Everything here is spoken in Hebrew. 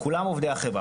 כולם עובדי החברה.